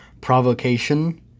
Provocation